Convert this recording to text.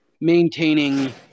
maintaining